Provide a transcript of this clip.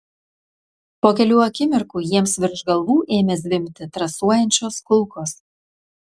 po kelių akimirkų jiems virš galvų ėmė zvimbti trasuojančios kulkos